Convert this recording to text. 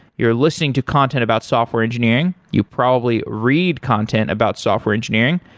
you're listening to content about software engineering, you probably read content about software engineering.